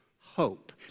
hope